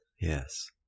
Yes